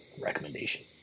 recommendation